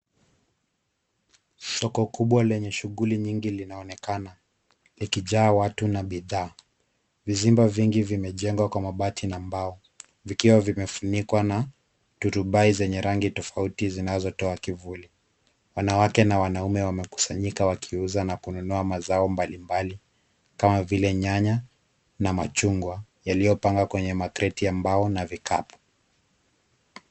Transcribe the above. Soko kubwa lenye shughuli nyingi linaonekana likijaa watu na bidhaa. Vizimba vingi vimejengwa kwa mabati na mbao. Vikiwa vimefunikwa na turubai zenye rangi tofauti zinazotoa kivuli. Wanawake na wanaume wamekusanyika wakiuza na kununua mazao mbalimbali kama vile nyanya na machungwa yaliyopangwa kwenye makreti ya mbao na vikapu.